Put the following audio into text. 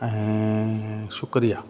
ऐं शुक्रिया